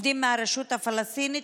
עובדים מהרשות הפלסטינית,